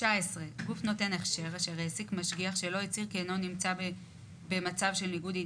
השר יוכל להתייחס לזה בתקנות אם הוא ימצא לנכון.